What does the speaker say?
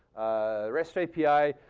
rest api,